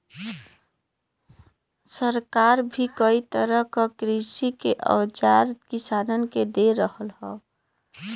सरकार भी कई तरह क कृषि के औजार किसानन के दे रहल हौ